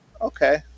Okay